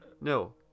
No